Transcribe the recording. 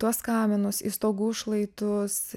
tuos kaminus į stogų šlaitus